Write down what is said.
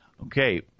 okay